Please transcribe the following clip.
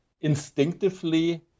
instinctively